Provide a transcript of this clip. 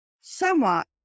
somewhat